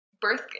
birth